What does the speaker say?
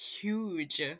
huge